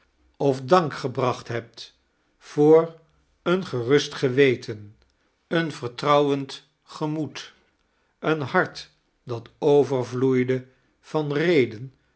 of dank gebracht hebt voor een gerust geweten een vertrouwend ge moed een hart dat overvloeide van